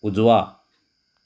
उजवा